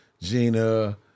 Gina